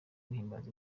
guhimbaza